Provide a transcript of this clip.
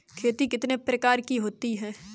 खेती कितने प्रकार की होती है?